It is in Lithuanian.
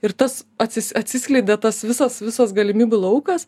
ir tas atsi atsiskleidė tas visas visas galimybių laukas